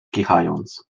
kichając